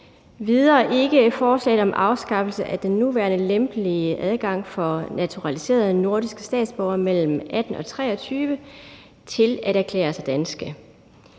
heller ikke forslaget om afskaffelse af den nuværende lempelige adgang for naturaliserede nordiske statsborgere mellem 18 og 23 år til at erklære sig danske.